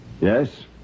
Yes